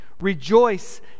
rejoice